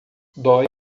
dói